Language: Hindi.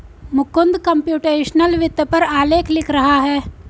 मुकुंद कम्प्यूटेशनल वित्त पर आलेख लिख रहा है